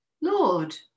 Lord